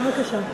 בבקשה.